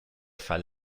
fall